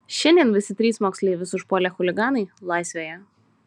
šiandien visi trys moksleivius užpuolę chuliganai laisvėje